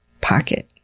pocket